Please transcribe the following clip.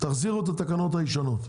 שתחזירו את התקנות הישנות.